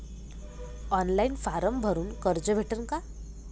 Online form भरून कर्ज भेटन का?